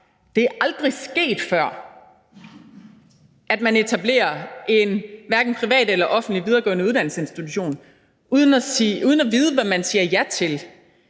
Det er aldrig sket før, at man har etableret en privat eller offentlig uddannelsesinstitution uden at vide, hvad man siger ja til.